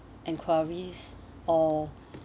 inquiries or